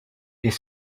est